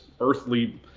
earthly